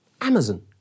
Amazon